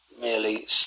merely